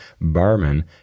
Barman